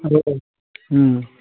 औ